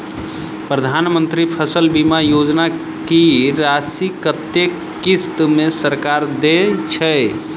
प्रधानमंत्री फसल बीमा योजना की राशि कत्ते किस्त मे सरकार देय छै?